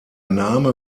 name